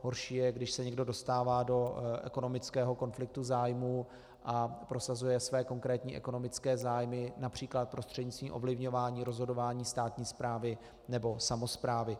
Horší je, když se někdo dostává do ekonomického konfliktu zájmů a prosazuje své konkrétní ekonomické zájmy například prostřednictvím ovlivňování rozhodování státní správy nebo samosprávy.